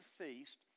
feast